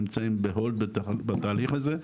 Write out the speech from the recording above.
נמצאים בהולד בתהליך הזה,